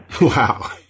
Wow